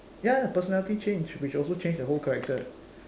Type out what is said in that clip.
ya personality change which also change the whole character